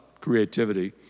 creativity